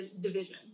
division